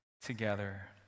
together